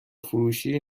فروشی